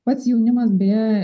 pats jaunimas beje